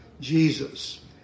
Jesus